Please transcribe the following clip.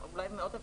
אולי מאות אלפי,